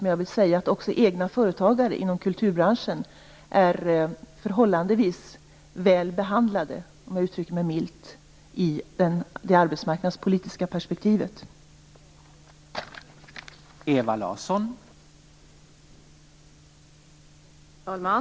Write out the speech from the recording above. Jag kan dock säga att även egna företagare inom kulturbranschen är, milt uttryckt, i ett arbetsmarknadspolitiskt perspektiv förhållandevis väl behandlade.